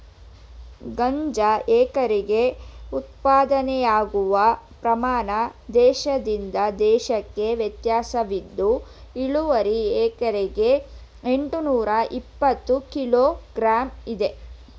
ಗಾಂಜಾ ಎಕರೆಗೆ ಉತ್ಪಾದನೆಯಾಗುವ ಪ್ರಮಾಣ ದೇಶದಿಂದ ದೇಶಕ್ಕೆ ವ್ಯತ್ಯಾಸವಿದ್ದು ಇಳುವರಿ ಎಕರೆಗೆ ಎಂಟ್ನೂರಇಪ್ಪತ್ತು ಕಿಲೋ ಗ್ರಾಂ ಇದೆ